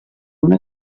una